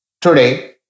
Today